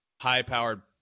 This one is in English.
High-powered